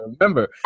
remember